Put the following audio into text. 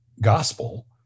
gospel